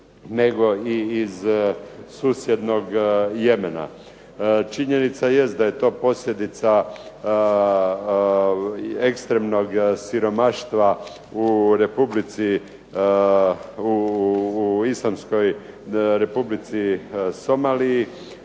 nego i iz susjednog Jemena. Činjenica jest da je to posljedica ekstremnog siromaštva u republici, u islamskom Republici Somaliji,